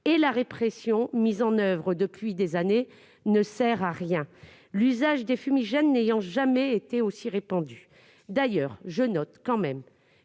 et la répression mises en oeuvre depuis des années ne servent à rien, l'usage des fumigènes n'ayant jamais été aussi répandu. D'ailleurs, je note une